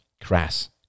crass